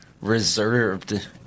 reserved